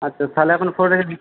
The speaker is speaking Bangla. আচ্ছা তাহলে এখন ফোন রেখে দিই